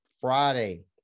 Friday